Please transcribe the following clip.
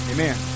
Amen